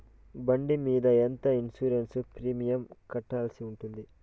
బండి మీద ఎంత ఇన్సూరెన్సు ప్రీమియం కట్టాల్సి ఉంటుంది?